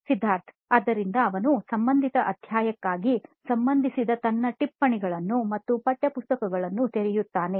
ಸಿದ್ಧಾರ್ಥ್ ಆದ್ದರಿಂದ ಅವನು ಸಂಬಂಧಿತ ಅಧ್ಯಾಯಕ್ಕಾಗಿ ಸಂಬಂಧಿಸಿದ ತನ್ನ ಟಿಪ್ಪಣಿಗಳನ್ನು ಮತ್ತು ಪಠ್ಯಪುಸ್ತಕಗಳನ್ನು ತೆರೆಯುತ್ತಾನೆ